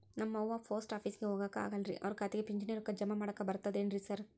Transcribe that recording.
ನಮ್ ಅವ್ವ ಪೋಸ್ಟ್ ಆಫೇಸಿಗೆ ಹೋಗಾಕ ಆಗಲ್ರಿ ಅವ್ರ್ ಖಾತೆಗೆ ಪಿಂಚಣಿ ರೊಕ್ಕ ಜಮಾ ಮಾಡಾಕ ಬರ್ತಾದೇನ್ರಿ ಸಾರ್?